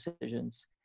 decisions